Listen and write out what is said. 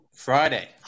Friday